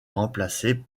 remplacée